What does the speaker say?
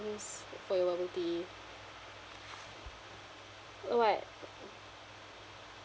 for bubble tea what